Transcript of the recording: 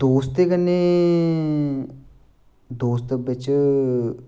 दोस्तें कन्नै दोस्त बिच्च